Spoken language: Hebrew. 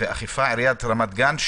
עיריית רמת גן,